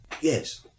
yes